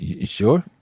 sure